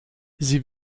sie